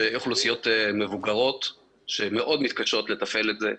אוכלוסיות מבוגרות שמתקשות מאוד לתפעל את זה.